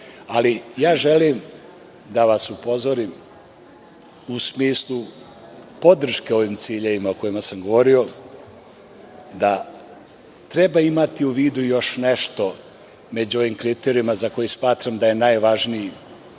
predmeta. Želim da vas upozorim u smislu podrške ovim ciljevima o kojima sam govorio, da treba imati u vidu još nešto među ovim kriterijumima za koje smatram da je najvažnije